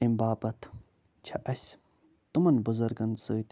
اَمہِ باپتھ چھِ اَسہِ تِمن بٕزرگن سۭتۍ